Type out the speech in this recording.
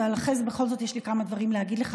ואחרי זה בכל זאת יש לי מה להגיד לך.